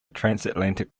transatlantic